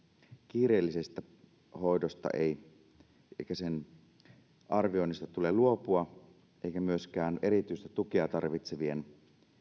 kiireellisestä hoidosta ja sen arvioinnista ei tule luopua eikä myöskään erityistä tukea tarvitsevien